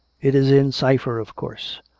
it is in cypher, of course.